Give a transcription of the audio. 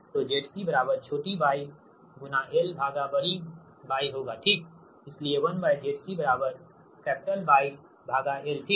तो ZC बराबर छोटी 𝛾 गुणा l भागा बड़ी Y होगा ठीक इसलिए 1Zc Y 𝛾lठीक